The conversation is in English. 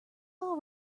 all